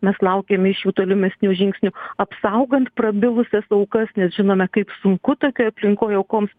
mes laukiam iš jų tolimesnių žingsnių apsaugant prabilusias aukas nes žinome kaip sunku tokioj aplinkoj aukoms